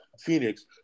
Phoenix